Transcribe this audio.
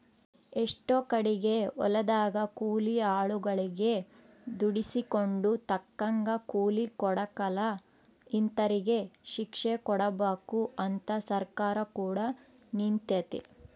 ಎಷ್ಟೊ ಕಡಿಗೆ ಹೊಲದಗ ಕೂಲಿ ಆಳುಗಳಗೆ ದುಡಿಸಿಕೊಂಡು ತಕ್ಕಂಗ ಕೂಲಿ ಕೊಡಕಲ ಇಂತರಿಗೆ ಶಿಕ್ಷೆಕೊಡಬಕು ಅಂತ ಸರ್ಕಾರ ಕೂಡ ನಿಂತಿತೆ